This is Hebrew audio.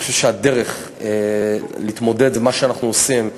אני חושב שהדרך להתמודד היא מה שאנחנו עושים,